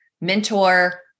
mentor